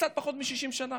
קצת פחות מ-60 שנה.